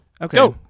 Okay